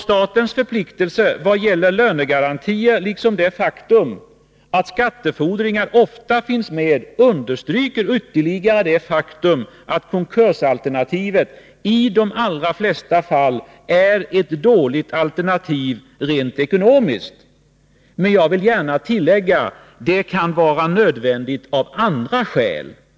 Statens förpliktelser till följd av lönegarantier liksom det faktum att skattefordringar ofta finns med i bilden understryker ytterligare att konkursalternativet i de allra flesta fall är ett dåligt alternativ rent ekonomiskt. Men jag vill gärna tillägga: Konkurs kan vara nödvändigt av andra skäl. Herr talman!